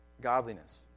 godliness